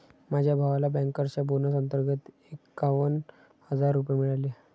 माझ्या भावाला बँकर्सच्या बोनस अंतर्गत एकावन्न हजार रुपये मिळाले